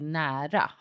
nära